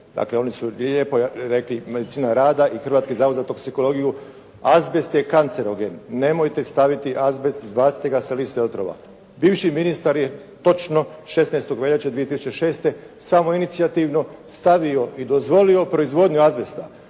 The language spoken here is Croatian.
Dakle, oni su lijepo reklo medicina rada i Hrvatski zavod za toksikologiju, azbest je kancerogen, nemojte staviti azbest, izbacite sa liste otrova. Bivši ministar je točno 16. veljače 2006. samoinicijativno stavio i dozvolio proizvodnju azbesta.